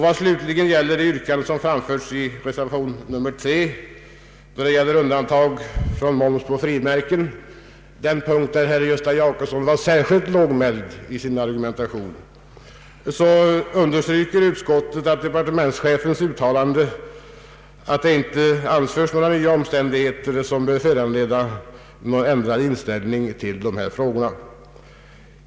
Vad slutligen gäller undantag från moms på frimärken — den punkt där herr Gösta Jacobsson var särskilt lågmäld i sin argumentation — understryker utskottet departementschefens uttalande att det inte anförts några nya omständigheter som bör föranleda ändrad inställning till dessa frågor.